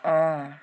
অঁ